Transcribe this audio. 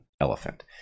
elephant